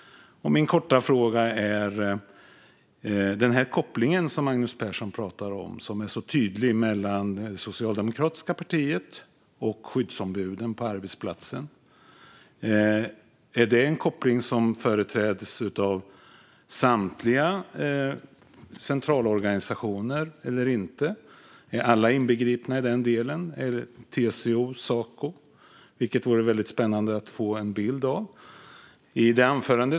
Min korta fråga är: Står samtliga centralorganisationer för den tydliga koppling mellan det socialdemokratiska partiet och skyddsombuden på arbetsplatsen som Magnus Persson talar om? Är alla, såväl TCO som Saco, inbegripna i den kopplingen? Det vore väldigt spännande att få en bild av detta.